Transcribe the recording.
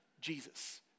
Jesus